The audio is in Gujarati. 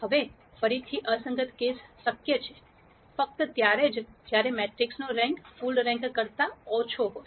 હવે ફરીથી અસંગત કેસ શક્ય છે ફક્ત ત્યારે જ જ્યારે મેટ્રિક્સનો રેન્ક ફુલ રેન્ક કરતા ઓછો હોય